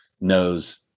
knows